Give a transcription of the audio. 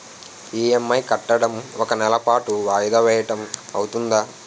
EMI కట్టడం ఒక నెల పాటు వాయిదా వేయటం అవ్తుందా?